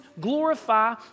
glorify